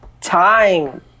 Time